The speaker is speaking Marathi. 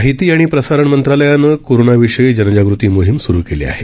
माहिती आणि प्रसारण मंत्रालयानं कोरोनाविषयी जनजागृती मोहीम सूरु केली आहे